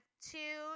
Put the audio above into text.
two